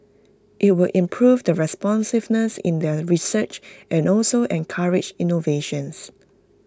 IT will improve the responsiveness in their research and also encourage innovations